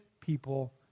people